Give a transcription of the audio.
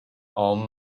own